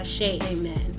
Amen